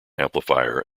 amplifier